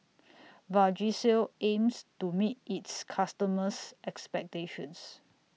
Vagisil aims to meet its customers' expectations